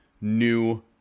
new